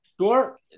Sure